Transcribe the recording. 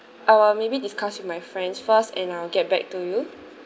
I will maybe discuss with my friends first and I will get back to you